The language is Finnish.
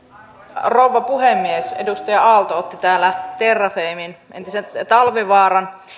rouva puhemies edustaja aalto otti täällä terrafamen entisen talvivaaran